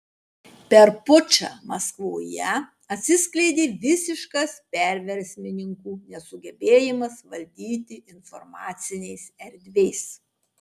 per pučą maskvoje atsiskleidė visiškas perversmininkų nesugebėjimas valdyti informacinės erdvės